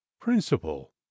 principle